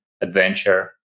adventure